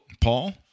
Paul